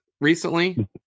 recently